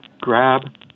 grab